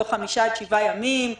תוך חמישה עד שבעה ימים.